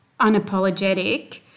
unapologetic